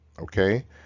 okay